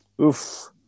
Oof